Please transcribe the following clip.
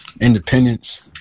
independence